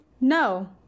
no